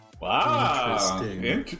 Wow